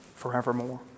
forevermore